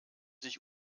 sich